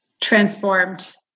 transformed